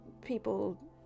people